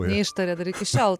neištaria dar iki šiol